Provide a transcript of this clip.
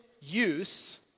use